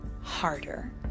harder